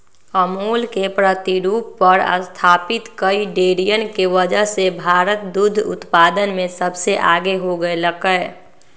अमूल के प्रतिरूप पर स्तापित कई डेरियन के वजह से भारत दुग्ध उत्पादन में सबसे आगे हो गयलय